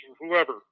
whoever